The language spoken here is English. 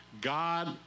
God